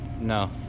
No